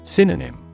Synonym